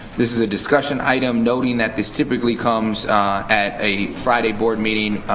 this is a discussion item noting that this typically comes at a friday board meeting.